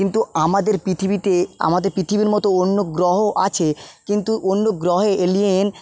কিন্তু আমাদের পৃথিবীতে আমাদের পৃথিবীর মতো অন্য গ্রহ আছে কিন্তু অন্য গ্রহে এলিয়েন